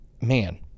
man